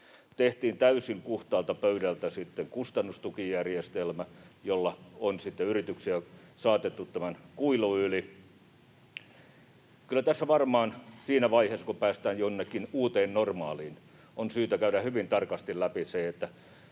Tehtiin täysin puhtaalta pöydältä kustannustukijärjestelmä, jolla on sitten yrityksiä saatettu tämän kuilun yli. Kyllä tässä varmaan siinä vaiheessa, kun päästään jonnekin uuteen normaaliin, on syytä käydä hyvin tarkasti läpi se, mitkä